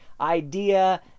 idea